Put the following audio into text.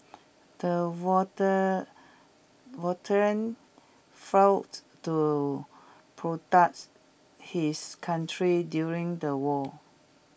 the water veteran fought to products his country during the war